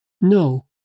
No